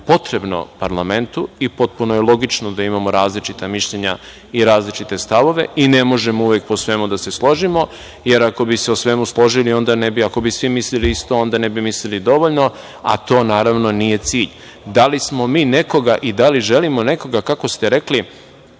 potrebno parlamentu i potpuno je logično da imamo različita mišljenja i različite stavove. Ne možemo uvek po svemu da se složimo, jer ako bi se o svemu složili, onda ne bi, ako bi svi mislili isto onda ne bi mislili dovoljno, a to naravno nije cilj. Da li smo mi nekoga i da li želimo nekoga, kako ste rekli,